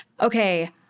Okay